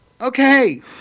Okay